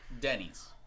Denny's